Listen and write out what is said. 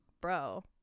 bro